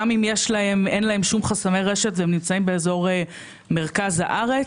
גם אם אין להם שום חסמי רשת והם נמצאים באזור מרכז הארץ.